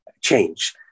change